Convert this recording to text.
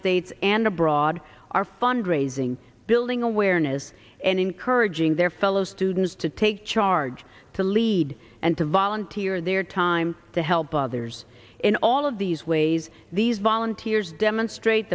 states and abroad are fund raising building awareness and encouraging their fellow students to take charge to lead and to volunteer their time to help others in all of these ways these volunteers demonstrate